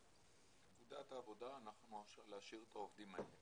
נקודת העבודה להשאיר את העובדים האלה.